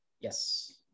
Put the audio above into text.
Yes